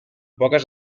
poques